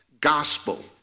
gospel